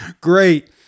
Great